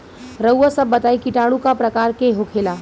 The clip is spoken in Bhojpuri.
रउआ सभ बताई किटाणु क प्रकार के होखेला?